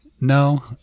No